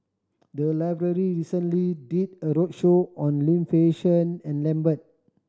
the library recently did a roadshow on Lim Fei Shen and Lambert